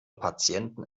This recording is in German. patienten